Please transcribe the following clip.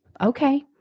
Okay